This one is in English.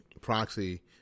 proxy